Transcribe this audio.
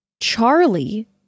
charlie